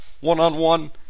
one-on-one